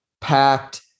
packed